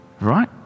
right